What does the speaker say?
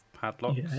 padlocks